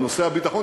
על נושא הביטחון,